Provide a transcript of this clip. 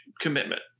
commitment